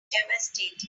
devastated